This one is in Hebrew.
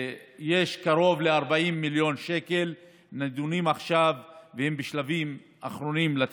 ויש קרוב ל-40 מיליון שקל שנדונים עכשיו והם בשלבים אחרונים של תשלום.